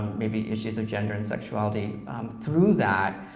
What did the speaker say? maybe issues of gender and sexuality through that,